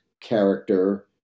character